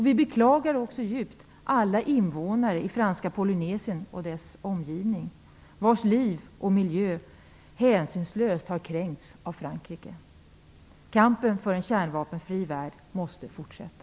Vi beklagar också djupt alla invånare i Franska Polynesien och dess omgivning, vars liv och miljö hänsynslöst har kränkts av Frankrike. Kampen för en kärnvapenfri värld måste fortsätta.